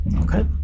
Okay